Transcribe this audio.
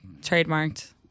Trademarked